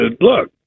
Look